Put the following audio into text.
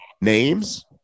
names